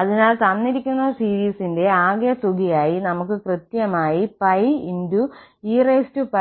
അതിനാൽ തന്നിരിക്കുന്ന സീരിസിന്റെആകെത്തുകയായി നമ്മൾക്ക് കൃത്യമായി πee πe e π ഉണ്ട് ∞11n2